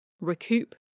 recoup